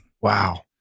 wow